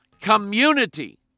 community